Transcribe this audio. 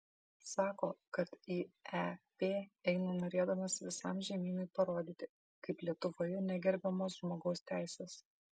sako kad į ep eina norėdamas visam žemynui parodyti kaip lietuvoje negerbiamos žmogaus teisės